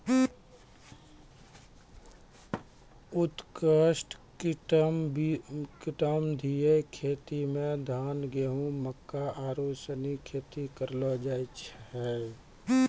उष्णकटिबंधीय खेती मे धान, गेहूं, मक्का आरु सनी खेती करलो जाय छै